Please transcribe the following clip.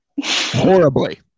horribly